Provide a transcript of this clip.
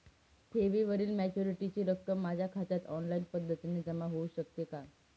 ठेवीवरील मॅच्युरिटीची रक्कम माझ्या खात्यात ऑनलाईन पद्धतीने जमा होऊ शकते का?